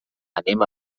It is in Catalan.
anem